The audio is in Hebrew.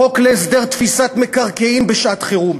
חוק להסדר תפיסת מקרקעין בשעת-חירום.